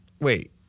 Wait